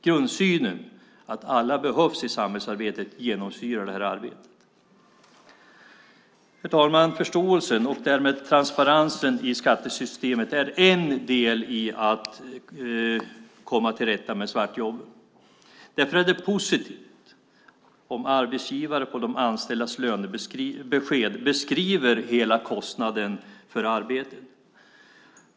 Grundsynen att alla behövs i samhällsarbetet genomsyrar det här arbetet. Herr talman! Förståelsen och därmed transparensen i skattesystemet är en del i att komma till rätta med svartjobben. Därför är det positivt om arbetsgivare på de anställdas lönebesked beskriver hela kostnaden för arbetet.